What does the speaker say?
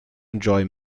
enjoy